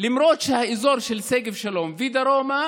למרות שבאזור של שגב שלום ודרומה